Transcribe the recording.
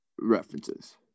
references